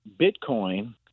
Bitcoin